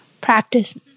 practice